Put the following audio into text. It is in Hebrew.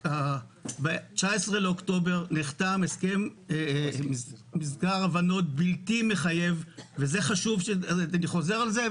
ב-19 באוקטובר נחתם מזכר הבנות בלתי מחייב אני חוזר על זה,